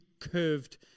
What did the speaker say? curved